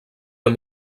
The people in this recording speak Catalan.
amb